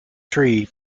tree